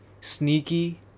sneaky